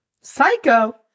psycho